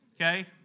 Okay